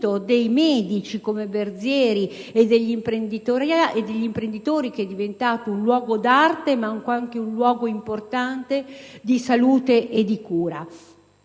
dei medici, come Berzieri, e degli imprenditori del luogo, è diventata un luogo d'arte ma anche un luogo importante di salute e di cura.